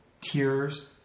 tears